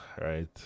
Right